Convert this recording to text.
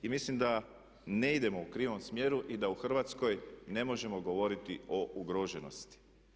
I mislim da ne idemo u krivom smjeru i da u Hrvatskoj ne možemo govoriti o ugroženosti.